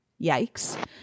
Yikes